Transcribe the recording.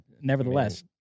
nevertheless